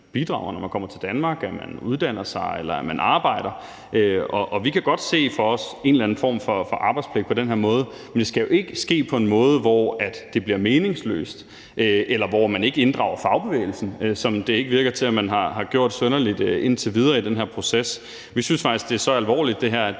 bidrager, når man kommer til Danmark, altså at man uddanner sig, eller at man arbejder. Vi kan godt se en eller anden form for arbejdspligt for os på den her måde, men det skal jo ikke ske på en måde, hvor det bliver meningsløst, eller hvor man ikke inddrager fagbevægelsen, hvad det ikke lader til at man har gjort synderligt indtil videre i den her proces. Vi synes faktisk, at det her er så alvorligt, at det